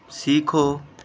سیکھو